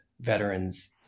veterans